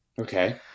Okay